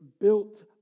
built